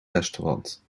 restaurant